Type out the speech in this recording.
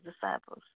disciples